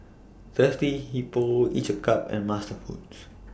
Thirsty Hippo Each A Cup and MasterFoods